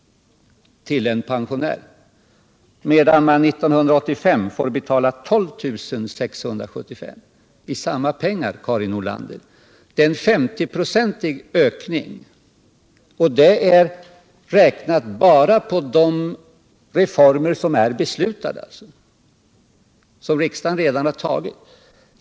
till en pensionär, medan han 1985 får betala 12 675 kr. — och det i samma pengar, Karin Nordlander. Det innebär en 50-procentig ökning, och detta med hänsyn tagen enbart till de reformer som riksdagen redan har fattat beslut om.